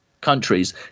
countries